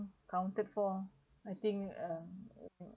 counted for I think uh